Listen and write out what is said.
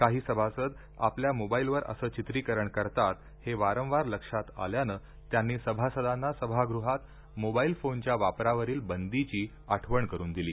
काही सभासद आपल्या मोबाईलवर असे चित्रीकरण करतात हे वारंवार लक्षात आल्याने त्यांनी सभासदांना सभागृहात मोबाईल फोनच्या वापरावरील बंदीची आठवण करून दिली